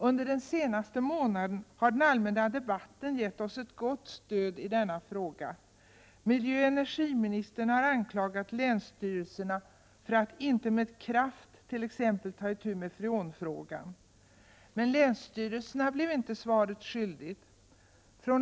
Under den senaste månaden har den allmänna debatten gett oss ett gott stöd i denna fråga. Miljöoch energiministern har anklagat länsstyrelserna för att inte med kraft t.ex. ta itu med freonfrågan. Men länsstyrelserna blev inte svaret skyldiga.